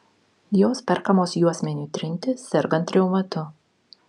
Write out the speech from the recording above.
jos perkamos juosmeniui trinti sergant reumatu